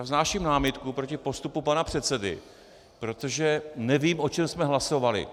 Vznáším námitku proti postupu pana předsedy, protože nevím, o čem jsme hlasovali.